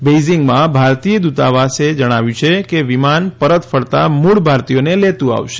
બેઇજીંગમાં ભારતીય દૂતાવાસે જણાવ્યું કે આ વિમાન પરત ફરતાં મૂળ ભારતીયોને લેતું આવશે